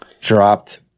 dropped